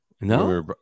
No